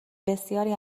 بسیاری